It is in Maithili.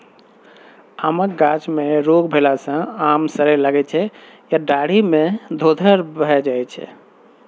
आमक गाछ मे रोग भेला सँ आम सरय लगै छै या डाढ़ि मे धोधर भए जाइ छै